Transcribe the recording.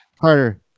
Carter